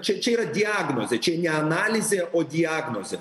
čia čia yra diagnozė čia ne analizė o diagnozė